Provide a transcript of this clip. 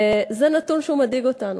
וזה נתון שמדאיג אותנו.